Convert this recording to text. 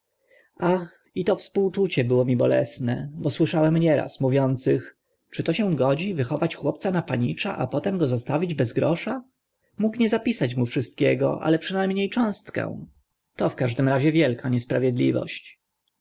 ach i to współczucie było mi bolesne bo słyszałem nieraz mówiących czy to się godzi wychować chłopca na panicza a potem go zostawić bez grosza mógł nie zapisać mu wszystkiego ale przyna mnie cząstkę to w każdym razie wielka niesprawiedliwość